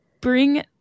bring